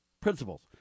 principles